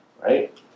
right